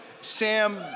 Sam